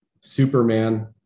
Superman